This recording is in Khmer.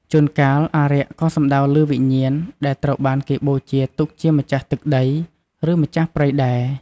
ជួនកាលអារក្សក៏សំដៅលើវិញ្ញាណដែលត្រូវបានគេបូជាទុកជាម្ចាស់ទឹកដី ឬម្ចាស់ព្រៃដែរ។